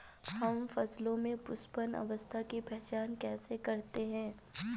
हम फसलों में पुष्पन अवस्था की पहचान कैसे करते हैं?